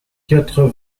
quatre